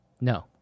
No